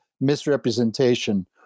misrepresentation